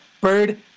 Bird